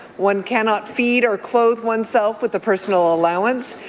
one cannot feed or clothe one's self with the personal allowance.